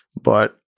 but-